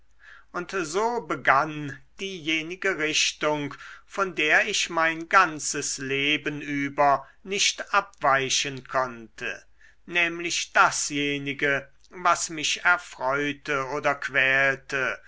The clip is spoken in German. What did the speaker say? und so begann diejenige richtung von der ich mein ganzes leben über nicht abweichen konnte nämlich dasjenige was mich erfreute oder quälte